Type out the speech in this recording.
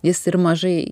jis ir mažai